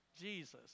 Jesus